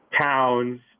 towns